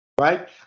right